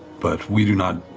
but we do not,